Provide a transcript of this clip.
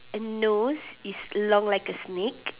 a nose is long like a snake